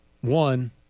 one